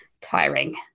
tiring